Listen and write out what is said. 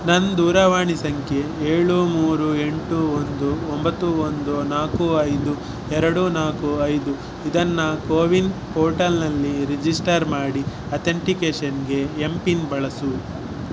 ನನ್ನ ದೂರವಾಣಿ ಸಂಖ್ಯೆ ಏಳು ಮೂರು ಎಂಟು ಒಂದು ಒಂಬತ್ತು ಒಂದು ನಾಲ್ಕು ಐದು ಎರಡು ನಾಲ್ಕು ಐದು ಇದನ್ನು ಕೋವಿನ್ ಪೋರ್ಟಲ್ನಲ್ಲಿ ರಿಜಿಸ್ಟರ್ ಮಾಡಿ ಅಥೆಂಟಿಕೇಷನ್ಗೆ ಎಂ ಪಿನ್ ಬಳಸು